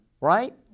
right